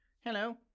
hello